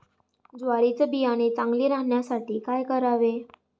ज्वारीचे बियाणे चांगले राहण्यासाठी काय करावे?